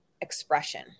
expression